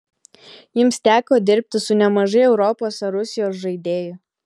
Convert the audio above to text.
jums teko dirbti su nemažai europos ar rusijos žaidėjų